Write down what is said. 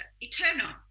eternal